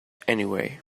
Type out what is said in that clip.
anyway